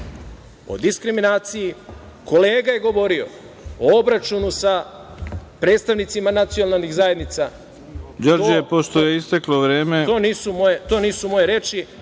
o diskriminaciji, kolega je govorio o obračunu sa predstavnicima nacionalnih zajednica… **Ivica Dačić**